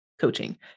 coaching